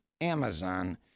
Amazon